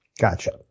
Gotcha